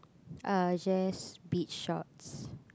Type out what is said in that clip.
uh just beach shorts